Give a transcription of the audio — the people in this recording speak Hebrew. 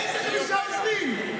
איזה חמישה עוזרים?